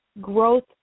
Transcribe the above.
growth